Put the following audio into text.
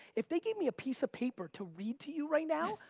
if they gave me a piece of paper to read to you right now,